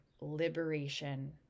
liberation